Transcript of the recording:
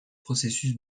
processus